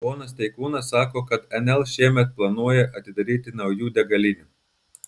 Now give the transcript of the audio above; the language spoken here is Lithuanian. ponas steikūnas sako kad nl šiemet planuoja atidaryti naujų degalinių